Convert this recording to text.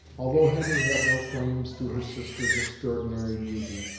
although hetty had no claims to her sister's extraordinary beauty,